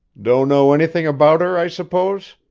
don't know anything about her, i suppose?